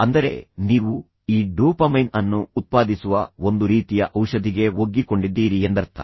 ಅಂದರೆ ನೀವು ಈ ಡೋಪಮೈನ್ ಅನ್ನು ಉತ್ಪಾದಿಸುವ ಒಂದು ರೀತಿಯ ಔಷಧಿಗೆ ಒಗ್ಗಿಕೊಂಡಿದ್ದೀರಿ ಎಂದರ್ಥ